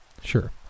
Sure